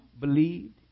believed